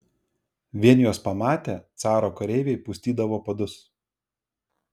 vien juos pamatę caro kareiviai pustydavo padus